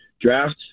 draft